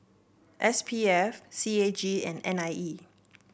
S P F C A G and N I E